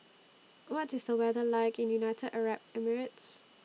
What IS The weather like in United Arab Emirates